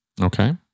Okay